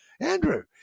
Andrew